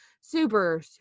super